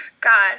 God